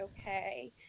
okay